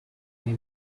may